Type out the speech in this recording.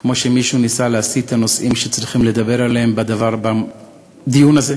כמו שמישהו ניסה להסיט את הנושאים שצריכים לדבר עליהם בדיון הזה.